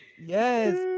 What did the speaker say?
yes